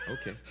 Okay